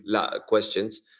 questions